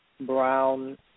Brown